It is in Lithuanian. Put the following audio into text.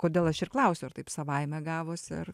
kodėl aš ir klausiu ar taip savaime gavosi ar